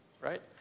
right